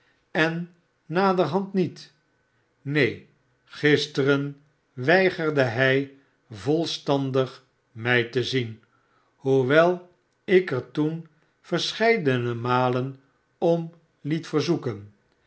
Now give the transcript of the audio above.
en naderhand niet neen gisteren weigerde hij volstandig mij te zien hoewel ik er toen verscheidene malen om liet verzoeken